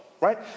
Right